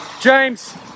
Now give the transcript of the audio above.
James